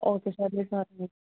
okay sir